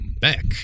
back